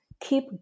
keep